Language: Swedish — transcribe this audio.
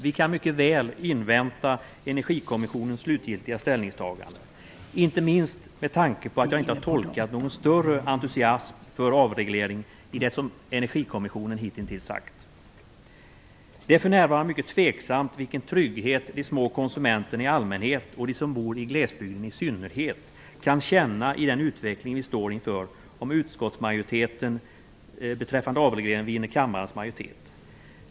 Vi kan mycket väl invänta Inte minst med tanke på att jag inte har tolkat det som att det finns någon större entusiasm för avregleringen i det som Energikommissionen hittills sagt. Det är för närvarande mycket tveksamt vilken trygghet de små konsumenterna i allmänhet och de som bor i glesbygden i synnerhet kan känna i den utveckling vi står inför om utskottsmajoriteten beträffande avregleringen vinner majoritet i kammaren.